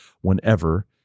whenever